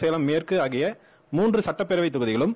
சேலம் மே ற்கு ஆகிய மூன்று சட்டப்பேரவைத் தொகுதிகளும்